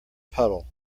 puddle